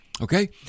Okay